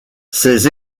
ses